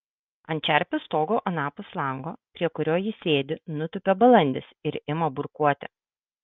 ant čerpių stogo anapus lango prie kurio ji sėdi nutūpia balandis ir ima burkuoti